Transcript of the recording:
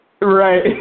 Right